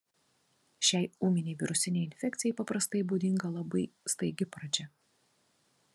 šiai ūminei virusinei infekcijai paprastai būdinga labai staigi pradžia